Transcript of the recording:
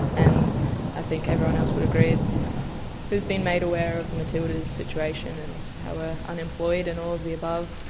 and i think everyone else would agree who's been made aware of the matildas' situation and how we're unemployed and all of the above,